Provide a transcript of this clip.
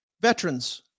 veterans